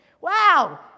wow